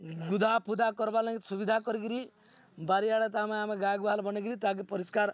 ଗୁଧା ପୁଦା କରବାର୍ ଲାଗି ସୁବିଧା କରିକିରି ବାରିଆଡ଼େ ତା ଆମେ ଆମେ ଗାଈ ଗୁହାଲ ବନେଇକିରି ତାହାକେ ପରିଷ୍କାର